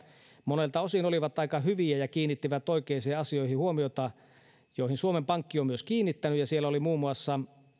monelta osin olivat aika hyviä ja kiinnittivät huomiota oikeisiin asioihin joihin suomen pankki on myös kiinnittänyt huomiota siellä oli muun muassa